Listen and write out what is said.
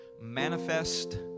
manifest